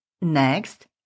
Next